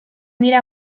dira